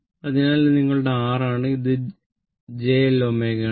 അതിനാൽ ഇത് നിങ്ങളുടെ R ആണ് ഇത് j L ω ആണ്